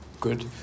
Good